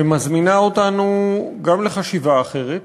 שמזמינה אותנו גם לחשיבה אחרת